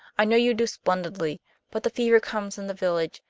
i know you do splendidly but the fever comes in the village,